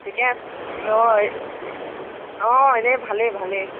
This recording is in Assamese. ঠিকেই আছে অ অ এনেই ভালেই ভালেই